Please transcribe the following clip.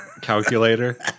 Calculator